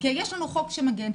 כי יש לנו חוק שמגן.